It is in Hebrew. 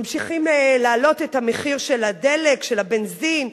ממשיכים להעלות את המחיר של הדלק, של הבנזין.